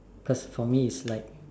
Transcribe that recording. cause for me it's like